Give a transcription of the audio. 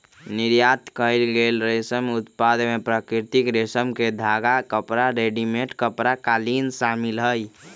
निर्यात कएल गेल रेशम उत्पाद में प्राकृतिक रेशम के धागा, कपड़ा, रेडीमेड कपड़ा, कालीन शामिल हई